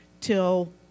till